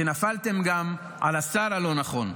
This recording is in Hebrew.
שנפלתם גם על השר הלא-נכון.